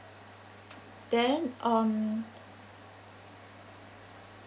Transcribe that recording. then um